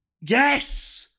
Yes